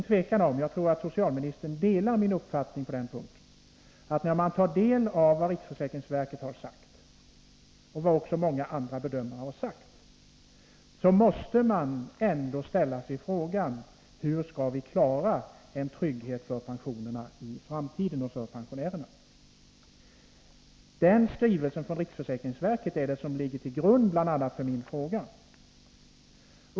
Jag tror att socialministern delar min uppfattning att det inte är något tvivel om att man, när man tar del av vad riksförsäkringsverket och många andra bedömare har sagt, måste ställa sig frågan: Hur skall vi klara att trygga pensionerna i framtiden, att ge pensionärerna trygghet? Det är bl.a. skrivelsen från riksförsäkringsverket som ligger till grund för min fråga.